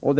tillföras STU.